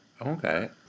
Okay